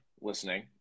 listening